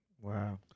Wow